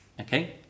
Okay